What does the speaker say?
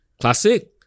classic